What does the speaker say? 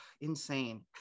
insane